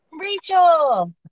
Rachel